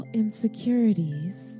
insecurities